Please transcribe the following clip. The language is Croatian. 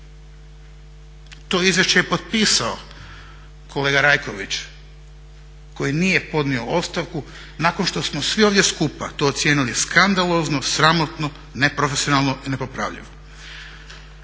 to izvješće je potpisao kolega Rajković koji nije podnio ostavku nakon što smo svi ovdje skupa to ocijenili skandalozno, sramotno, neprofesionalno i nepopravljivo.